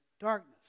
darkness